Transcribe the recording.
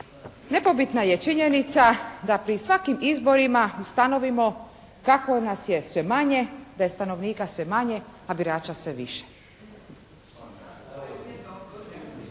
Nepobitna je činjenica da pri svakim izborima ustanovimo kako nas je sve manje. Da je stanovnika sve manje, a birača sve više.